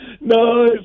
No